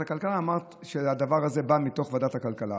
הכלכלה אמרת שהדבר הזה בא מתוך ועדת הכלכלה.